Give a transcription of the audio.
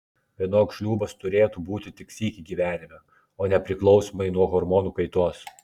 vienok šliūbas turėtų būti tik sykį gyvenime o ne priklausomai nuo hormonų kaitos